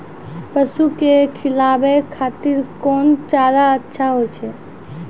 पसु के खिलाबै खातिर कोन चारा अच्छा होय छै?